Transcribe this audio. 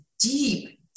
deep